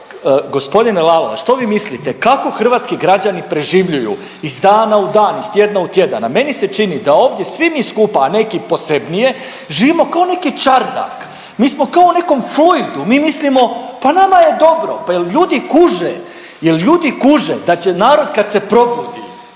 pa kako, g. Lalovac što vi mislite kako hrvatski građani preživljuju iz dana u dan iz tjedna u tjedan, a meni se čini da ovdje svi mi skupa, a neki posebnije živimo kao neki čardak, mi smo kao u nekom fluidu, mi mislimo pa nama je dobro, pa jel ljudi kuže, jel ljudi kuže da će narod kad se probudi